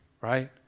right